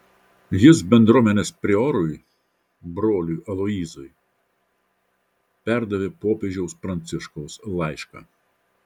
jis bendruomenės priorui broliui aloyzui perdavė popiežiaus pranciškaus laišką